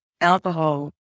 alcohol